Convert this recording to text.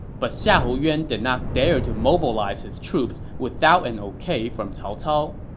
but xiahou yuan did not dare to mobilize his troops without an ok from cao cao.